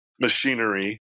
machinery